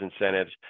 incentives